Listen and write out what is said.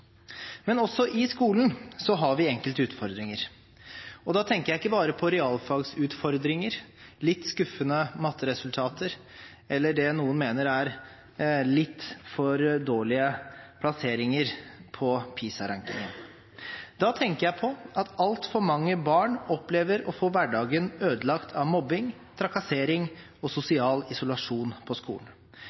Men også i skolen har vi enkelte utfordringer, og da tenker jeg ikke bare på realfagsutfordringer, litt skuffende matematikkresultater, eller det noen mener er litt for dårlige plasseringer på PISA-rankinger. Da tenker jeg på at altfor mange barn opplever å få hverdagen ødelagt av mobbing, trakassering og sosial isolasjon på skolen.